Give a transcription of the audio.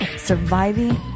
Surviving